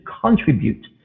contribute